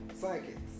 psychics